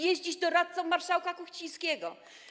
Jest dziś doradcą marszałka Kuchcińskiego.